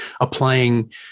applying